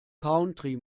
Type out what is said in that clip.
country